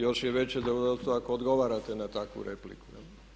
Još je veće zadovoljstvo ako odgovarate na takvu repliku.